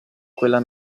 quella